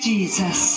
Jesus